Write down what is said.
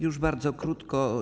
Już bardzo krótko.